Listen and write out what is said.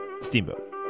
Steamboat